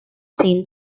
ching